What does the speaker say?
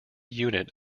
unit